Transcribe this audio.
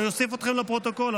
אני אוסיף אתכם לפרוטוקול,